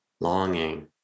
longing